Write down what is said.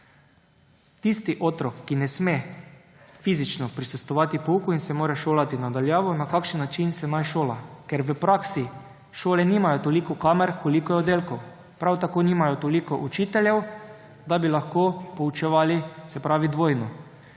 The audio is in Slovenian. Tisti otrok, ki ne sme fizično prisostvovati pouku in se mora šolati na daljavo, na kakšen način naj se šola, ker v praksi šole nimajo toliko kamer, koliko je oddelkov, prav tako nimajo toliko učiteljev, da bi lahko poučevali dvojno.